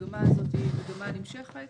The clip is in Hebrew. המגמה הזאת היא מגמה נמשכת